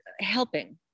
helping